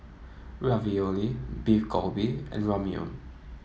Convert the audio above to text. Ravioli Beef Galbi and Ramyeon